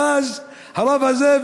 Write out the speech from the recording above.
ואז הרב הזה,